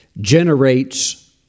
generates